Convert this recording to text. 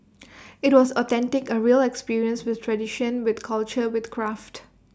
IT was authentic A real experience with tradition with culture with craft